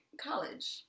College